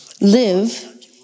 live